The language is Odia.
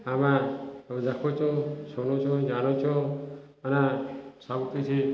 ଆମେ ଦେଖୁଛୁ ଶୁଣୁଛୁ ଜାଣୁଛୁ ଆମେ ସବୁକିଛି